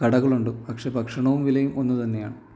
കടകളുണ്ട് പക്ഷെ ഭക്ഷണവും വിലയും ഒന്നുതന്നെയാണ്